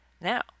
Now